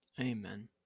Amen